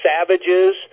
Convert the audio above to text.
savages